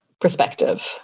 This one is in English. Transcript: perspective